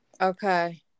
Okay